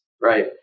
right